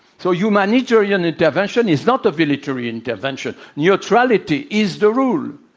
so, humanitarian intervention is not a military intervention. neutrality is the rule.